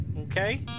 Okay